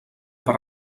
per